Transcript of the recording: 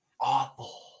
awful